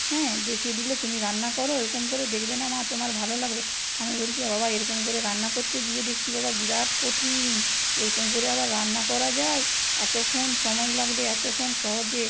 হ্যাঁ দেখিয়ে দিলে তুমি রান্না করো এরকম করে দেখবে না মা তোমার ভালো লাগবে আমি বলছি আ বাবা এরকম করে রান্না করতে গিয়ে দেখছি বাবা বিরাট কঠিন এরকম করে আবার রান্না করা যায় এতক্ষণ সময় লাগবে এতক্ষণ সহজে